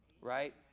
Right